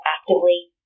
actively